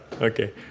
Okay